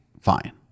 Fine